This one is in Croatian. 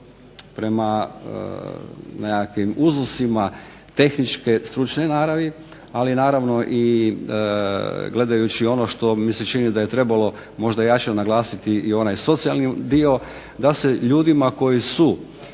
prema nekakvim uzusima tehničke stručne naravi, ali naravno i gledajući ono što mi se čini da je trebalo možda jače naglasiti i onaj socijalni dio da se ljudima koji su